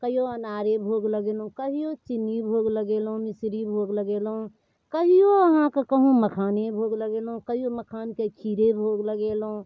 कहिओ अनारे भोग लगेलहुँ कहिओ चिन्नी भोग लगेलहुँ मिसरी भोग लगेलहुँ कहिओ अहाँके कहू मखाने भोग लगेलहुँ कहिओ मखानके खीरे भोग लगेलहुँ